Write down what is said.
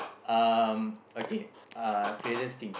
um okay uh craziest thing